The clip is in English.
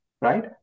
right